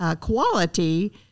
quality